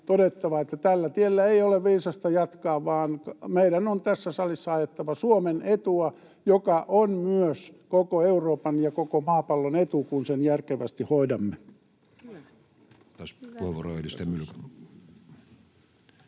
että tällä tiellä ei ole viisasta jatkaa, vaan meidän on tässä salissa ajettava Suomen etua, joka on myös koko Euroopan ja koko maapallon etu, kun sen järkevästi hoidamme.